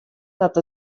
dat